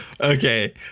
Okay